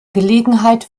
gelegenheit